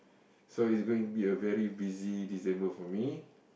so it's going to be a very busy December for me